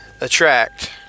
attract